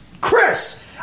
Chris